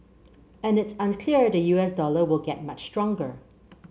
and it's unclear the U S dollar will get much stronger